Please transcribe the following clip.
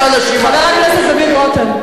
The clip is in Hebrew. אני לא ראיתי שאנשים, חבר הכנסת דוד רותם.